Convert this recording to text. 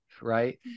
right